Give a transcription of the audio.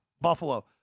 Buffalo